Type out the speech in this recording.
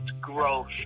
growth